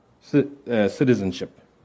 citizenship